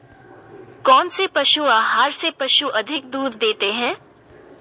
कौनसे पशु आहार से पशु अधिक दूध देते हैं?